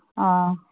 ꯑꯥ